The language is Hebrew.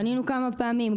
פנינו כמה פעמים,